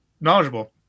knowledgeable